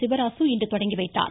சிவராசு இன்று தொடங்கி வைத்தார்